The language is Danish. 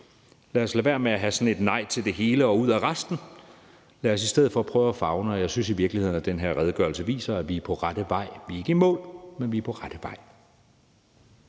Lad os lade være med at have sådan en nej til det hele og ud af resten-tilgang. Lad os i stedet prøve at favne. Og jeg synes i virkeligheden, at den her redegørelse viser, at vi er på rette vej. Vi er ikke i mål, men vi er på rette vej.